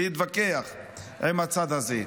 להתווכח עם הצד הזה,